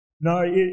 No